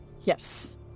Yes